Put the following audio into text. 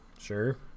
Sure